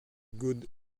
good